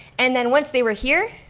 and then once they were here,